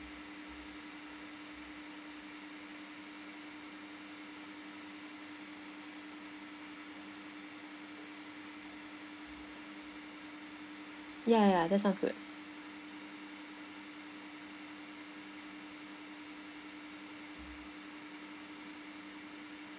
ya ya that sounds good